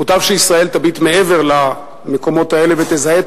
מוטב שישראל תביט מעבר למקומות האלה ותזהה את